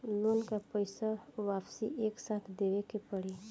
Loan का पईसा वापिस एक साथ देबेके पड़ी?